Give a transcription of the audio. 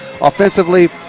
offensively